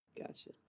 Gotcha